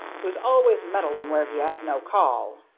who's always meddling where he has no call.